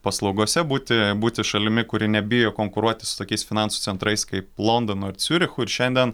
paslaugose būti būti šalimi kuri nebijo konkuruoti su tokiais finansų centrais kaip londonu ciurichu ir šiandien